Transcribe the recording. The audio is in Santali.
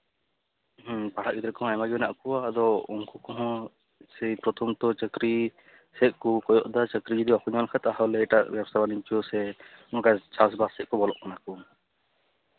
ᱦᱮᱸ ᱯᱟᱲᱦᱟᱜ ᱜᱤᱫᱽᱨᱟᱹ ᱠᱚᱦᱚᱸ ᱟᱭᱢᱟᱜᱮ ᱢᱮᱱᱟᱜ ᱠᱚᱣᱟ ᱟᱫᱚ ᱩᱱᱠᱩ ᱠᱚᱦᱚᱸ ᱥᱮᱭ ᱯᱨᱚᱛᱷᱚᱢᱚᱛᱚ ᱪᱟᱹᱠᱨᱤ ᱥᱮᱫ ᱠᱚ ᱠᱚᱭᱚᱜ ᱮᱫᱟ ᱪᱟᱹᱠᱨᱤ ᱡᱚᱫᱤ ᱵᱟᱠᱚ ᱧᱟᱢ ᱠᱷᱟᱱ ᱛᱟᱦᱚᱞᱮ ᱮᱴᱟᱜ ᱵᱮᱵᱽᱥᱟ ᱵᱟᱱᱤᱡᱡᱚ ᱥᱮ ᱱᱚᱝᱠᱟ ᱪᱟᱥᱼᱵᱟᱥ ᱥᱮᱫ ᱠᱚ ᱵᱚᱞᱚᱜ ᱠᱟᱱᱟ ᱠᱚ